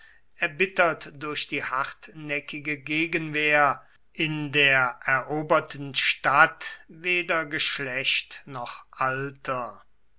erbittert durch die hartnäckige gegenwehr in der eroberten stadt weder geschlecht noch alter